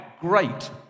Great